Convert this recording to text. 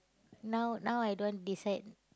now now I don't want decide